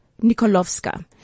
Nikolovska